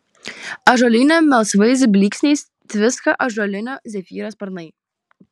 ąžuolyne melsvais blyksniais tviska ąžuolinio zefyro sparnai